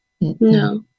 No